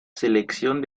selección